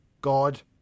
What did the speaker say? God